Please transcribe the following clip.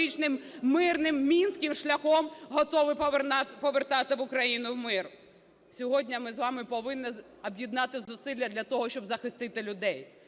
мирним мінським шляхом готовий повертати в Україну мир. Сьогодні ми з вами повинні об'єднати зусилля для того, щоб захистити людей.